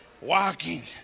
Walking